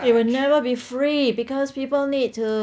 it will never be free because people need to